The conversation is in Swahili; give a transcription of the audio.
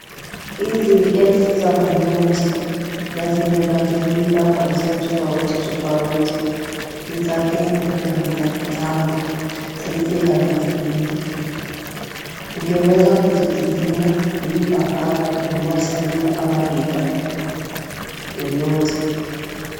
Hizi ni elfu za manoti na zinaweza tumika kwa njia tofauti tofauti, ni za Kenya na ni za kitambo, saa hizi hazitumiki, ungeweza kuzitumia kulipa karo, kununua chakula ama bidhaa yoyote.